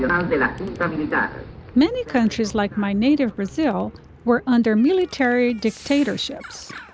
and and many countries like my native brazil were under military dictatorships.